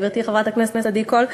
גברתי חברת הכנסת עדי קול,